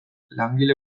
langile